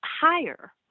higher